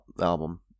album